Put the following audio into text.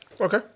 Okay